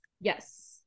Yes